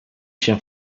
się